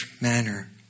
manner